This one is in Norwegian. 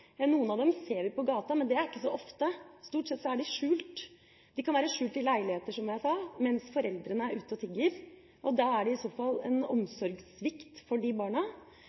Noen av dem ser vi på gata, men det er ikke så ofte. Stort sett er de skjult. De kan være skjult i leiligheter, som jeg sa, mens foreldrene er ute og tigger, og da er det i så fall en omsorgssvikt for de barna.